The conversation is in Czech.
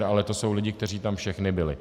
Ale to jsou lidi, kteří tam všichni byli.